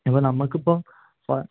ഇപ്പോൾ നമ്മൾക്ക് ഇപ്പോൾ ഇപ്പോൾ